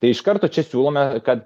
tai iš karto čia siūlome kad